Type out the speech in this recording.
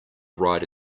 ride